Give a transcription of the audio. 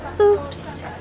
Oops